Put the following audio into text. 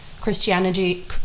Christianity